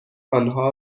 آنها